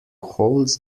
holds